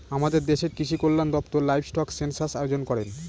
আমাদের দেশের কৃষিকল্যান দপ্তর লাইভস্টক সেনসাস আয়োজন করেন